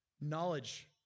Knowledge